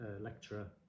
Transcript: lecturer